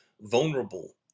vulnerable